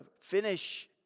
finish